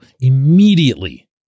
immediately